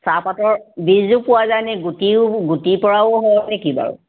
চাহপাতৰ বীজো পোৱা যায় নে গুটিও গুটিৰ পৰাও হয় নেকি বাৰু